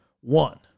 one